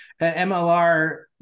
MLR –